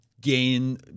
gain